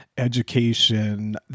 education